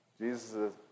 Jesus